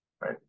Right